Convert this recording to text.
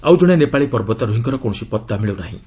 ଆଉ ଜଣେ ନେପାଳୀ ପର୍ବତାରୋହୀଙ୍କର କୌଣସି ପତ୍ତା ମିଳୁ ନାହିଁ